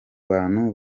bantu